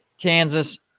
Kansas